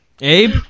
Abe